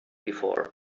before